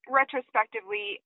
retrospectively